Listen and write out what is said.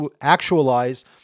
actualize